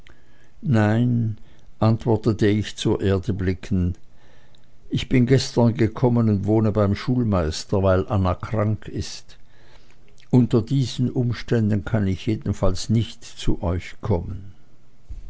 nein erwiderte ich zur erde blickend ich bin gestern gekommen und wohne beim schulmeister weil anna krank ist unter diesen umständen kann ich jedenfalls nicht zu euch kommen